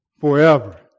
forever